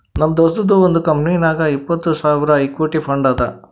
ನಮ್ ದೋಸ್ತದು ಒಂದ್ ಕಂಪನಿನಾಗ್ ಇಪ್ಪತ್ತ್ ಸಾವಿರ್ ಇಕ್ವಿಟಿ ಫಂಡ್ ಅದಾ